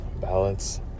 balance